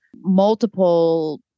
multiple